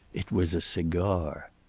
it was a cigar!